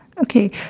okay